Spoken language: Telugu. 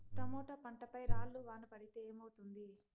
టమోటా పంట పై రాళ్లు వాన పడితే ఏమవుతుంది?